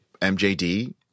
MJD